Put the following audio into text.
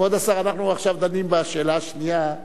אנחנו עכשיו דנים בשאלה השנייה,